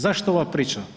Zašto ova priča?